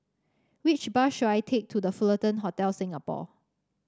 which bus should I take to The Fullerton Hotel Singapore